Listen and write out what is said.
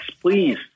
please